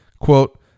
quote